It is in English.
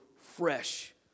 fresh